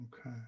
okay